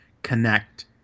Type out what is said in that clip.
connect